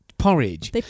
porridge